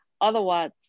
otherwise